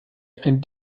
ein